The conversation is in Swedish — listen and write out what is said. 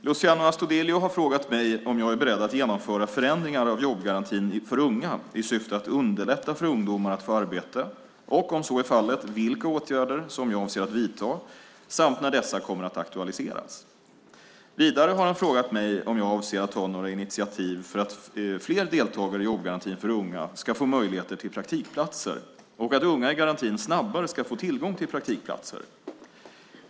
Fru talman! Luciano Astudillo har frågat mig om jag är beredd att genomföra förändringar av jobbgarantin för unga i syfte att underlätta för ungdomar att få arbete och, om så är fallet, vilka åtgärder som jag avser att vidta samt när dessa kommer att aktualiseras. Vidare har han frågat mig om jag avser att ta några initiativ för att fler deltagare i jobbgarantin för unga ska få möjligheter till praktikplatser och att unga i garantin snabbare ska få tillgång till praktikplatser.